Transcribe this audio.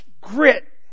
grit